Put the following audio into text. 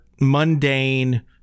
mundane